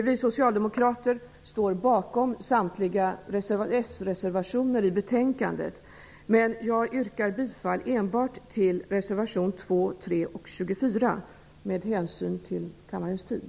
Vi socialdemokrater står bakom samtliga s-reservationer i betänkandet, men jag yrkar enbart bifall till reservationerna 2, 3 och 24, med hänsyn till kammarens tid.